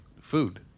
food